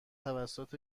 توسط